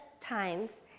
times